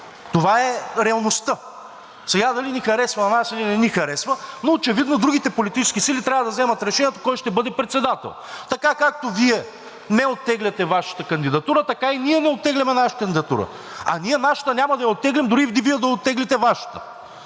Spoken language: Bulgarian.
Това е реалността. Сега дали ни харесва на нас, или не ни харесва, но очевидно другите политически сили трябва да вземат решението кой ще бъде председател. Така, както Вие не оттегляте Вашата кандидатура, така и ние не оттегляме нашата кандидатура, а ние нашата няма да я оттеглим дори и Вие да оттеглите Вашата.